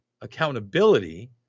accountability